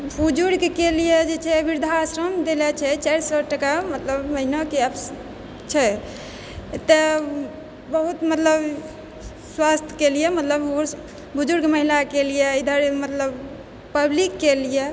बुजुर्गके लियऽ जाइ छै वृद्धाश्रम देले छै चारि सए टाका मतलब महिनाके छै तऽ बहुत मतलब स्वास्थ्यके लियऽ मतलब बुजुर्ग महिलाके लियऽ इधर मतलब पब्लिकके लियऽ